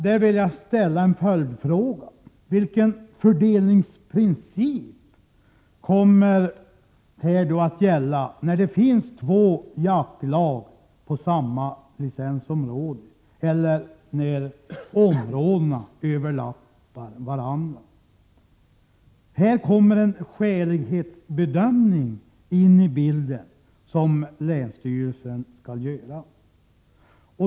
Jag vill då ställa en följdfråga: Vilken fördelningsprincip kommer att gälla när det finns två jaktlag på samma licensområde eller när områdena överlappar varandra? Här kommer en skälighetsbedömning in i bilden som länsstyrelsen skall göra.